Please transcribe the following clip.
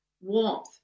warmth